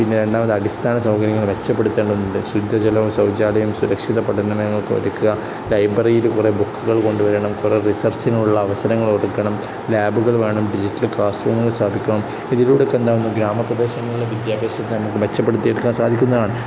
പിന്നെ രണ്ടാമത് അടിസ്ഥാനസൗകര്യങ്ങള് മെച്ചപ്പെടുത്തേണ്ടതുണ്ട് ശുദ്ധജലവും ശൗചാലയം സുരക്ഷിത പഠന ഒരുക്കുക ലൈബ്രറിയിൽ കുറേ ബുക്കുകൾ കൊണ്ടുവരണം കുറേ റിസർച്ചിനുള്ള അവസരങ്ങൾ കൊടുക്കണം ലാബുകൾ വേണം ഡിജിറ്റൽ ക്ലാസ്റൂമുകൾ സ്ഥാപിക്കണം ഇതിലൂടെയൊക്കെ എന്താകും ഗ്രാമപ്രദേശങ്ങളിലെ വിദ്യാഭ്യാസത്തെ നമുക്ക് മെച്ചപ്പെടുത്തിയെടുക്കാവുന്നതാണ്